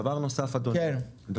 דבר נוסף אדוני,